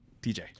DJ